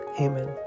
Amen